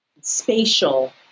spatial